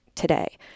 today